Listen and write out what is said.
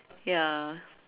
ya